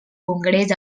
congrés